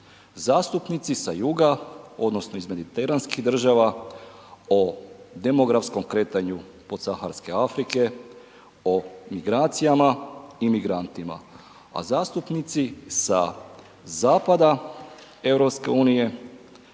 zastupnici sa juga odnosno iz mediteranskih država o demografskom kretanju Podsaharske Afrike, o migracijama i migrantima, a zastupnici sa zapada EU